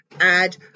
add